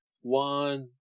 One